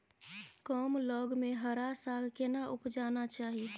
कम लग में हरा साग केना उपजाना चाही?